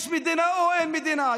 יש מדינה או אין מדינה?